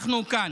אנחנו כאן.